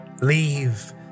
leave